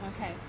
okay